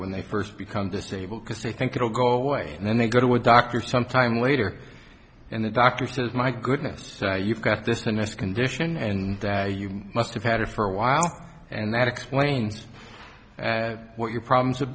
when they first become disabled because they think it will go away and then they go to a doctor some time later and the doctor says my goodness you've got this nice condition and you must have had it for a while and that explains what your problems have